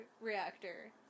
reactor